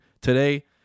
Today